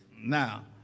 Now